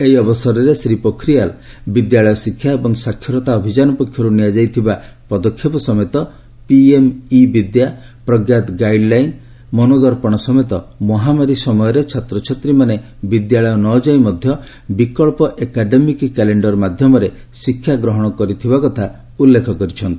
ଏହି ଅବସରରେ ଶ୍ରୀ ପୋଖରିଆଲ୍ ବିଦ୍ୟାଳୟ ଶିକ୍ଷା ଏବଂ ସାକ୍ଷରତା ଅଭିଯାନ ପକ୍ଷର୍ ନିଆଯାଇଥିବା ପଦକ୍ଷେପ ସମେତ PM e Vidya Pragyata guideline Manodarpan ସମେତ ମହାମାରୀ ସମୟରେ ଛାତ୍ରଛାତ୍ରୀମାନେ ବିଦ୍ୟାଳୟ ନ ଯାଇ ମଧ୍ୟ ବିକଳ୍ପ ଏକାଡେମିକ୍ କ୍ୟାଲେଣ୍ଡର ମାଧ୍ୟମରେ ଶିକ୍ଷା ଗ୍ରହଣ କରିଥିବା କଥା ଉଲ୍ଲେଖ କରିଛନ୍ତି